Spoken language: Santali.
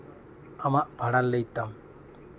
ᱟᱢᱟᱜ ᱵᱷᱟᱲᱟ ᱞᱟᱹᱭ ᱛᱟᱢ